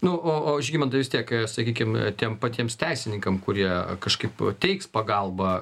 na o o žygimantai vis tiek sakykim tiem patiems teisininkam kurie kažkaip teiks pagalbą